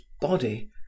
body